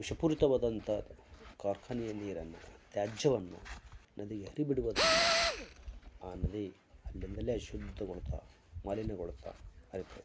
ವಿಷಪೂರಿತವಾದಂಥ ಕಾರ್ಖಾನೆಯ ನೀರನ್ನು ತ್ಯಾಜ್ಯವನ್ನು ನದಿಗೆ ಹರಿ ಬಿಡುವುದರಿಂದ ಆ ನದಿ ಅಲ್ಲಿಂದಲೇ ಅಶುದ್ಧಗೊಳ್ತಾ ಮಾಲಿನ್ಯಗೊಳ್ತಾ ಹರಿತಾ ಇದೆ